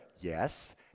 Yes